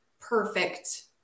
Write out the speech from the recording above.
perfect